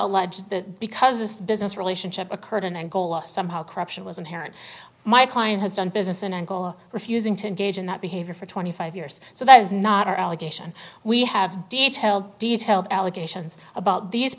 alleged that because this business relationship occurred in angola somehow corruption was inherent my client has done business in angola refusing to engage in that behavior for twenty five years so that is not our allegation we have detailed detailed allegations about these